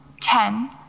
Ten